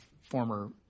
former